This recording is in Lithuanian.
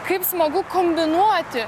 kaip smagu kombinuoti